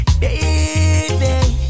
baby